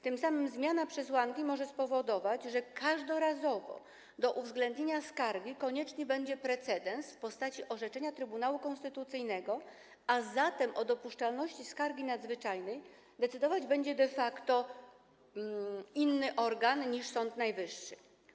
Tym samym zmiana przesłanki może spowodować, że każdorazowo do uwzględnienia skargi konieczny będzie precedens w postaci orzeczenia Trybunału Konstytucyjnego, a zatem o dopuszczalności skargi nadzwyczajnej decydować będzie de facto inny organ niż Sąd Najwyższy.